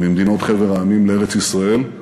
מחבר המדינות לארץ-ישראל.